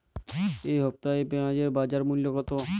এ সপ্তাহে পেঁয়াজের বাজার মূল্য কত?